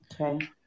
Okay